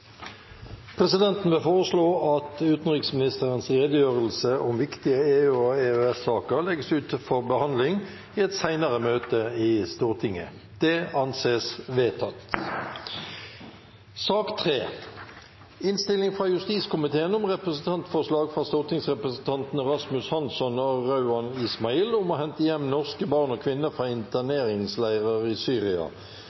Presidenten vil foreslå at utenriksministerens redegjørelse om viktige EU- og EØS-saker legges ut for behandling i et senere møte i Stortinget. – Det anses vedtatt. Etter ønske fra justiskomiteen vil presidenten ordne debatten slik: 5 minutter til hver partigruppe og